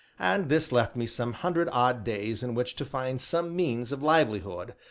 and this left me some hundred odd days in which to find some means of livelihood,